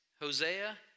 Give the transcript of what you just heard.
Hosea